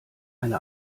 eine